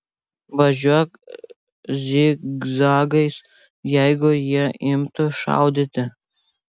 važiuok zigzagais jeigu jie imtų šaudyti